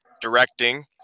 directing